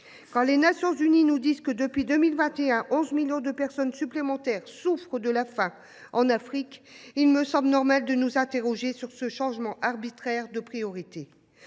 Quand l’ONU indique que, depuis 2021, 11 millions de personnes supplémentaires souffrent de la faim en Afrique, il me semble normal de nous interroger sur ce changement arbitraire de priorité.